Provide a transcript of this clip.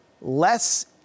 less